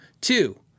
Two